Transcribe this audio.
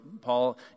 Paul